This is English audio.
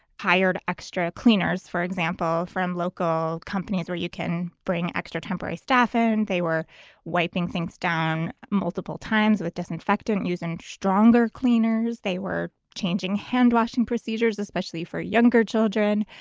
hired extra cleaners, for example, from local companies where you can bring extra temporary staff in. they were wiping things down multiple times with disinfectant, using stronger cleaners. they were changing hand-washing procedures, especially for younger children.